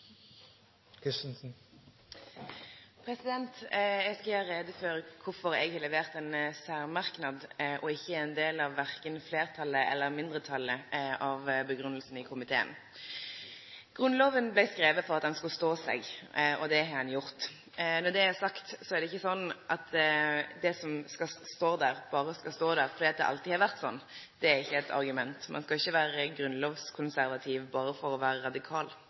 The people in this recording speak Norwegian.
ein del av verken fleirtalet eller mindretalet når det gjeld grunngjevingane i komiteen. Grunnloven blei skriven for at han skulle stå seg, og det har han gjort. Når det er sagt, er det ikkje slik at det som skal stå der, berre skal stå der fordi det alltid har vore sånn. Det er ikkje eit argument. Ein skal ikkje vere grunnlovskonservativ berre for å vere radikal